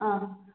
ஆ